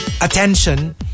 Attention